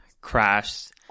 crashed